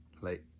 Late